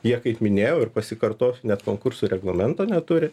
jie kaip minėjau ir pasikartosiu net konkursų reglamento neturi